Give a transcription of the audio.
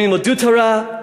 הם ילמדו תורה,